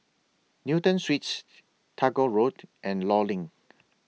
Newton Suites Tagore Road and law LINK